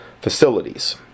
facilities